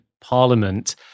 Parliament